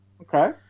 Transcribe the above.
Okay